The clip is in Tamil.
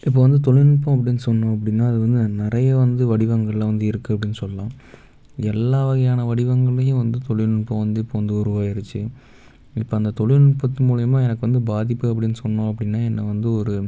இப்போ வந்து தொழில்நுட்பம் அப்படின்னு சொன்னோம் அப்படின்னா அது வந்து நிறையா வந்து வடிவங்களில் வந்து இருக்குது அப்படின்னு சொல்லலாம் எல்லா வகையான வடிவங்கள்லையும் வந்து தொழில்நுட்பம் வந்து இப்போ வந்து உருவாயிருச்சு இப்போ அந்த தொழில்நுட்பத்து மூலயமா எனக்கு வந்து பாதிப்பு அப்படின்னு சொன்னோம் அப்படின்னா என்னை வந்து ஒரு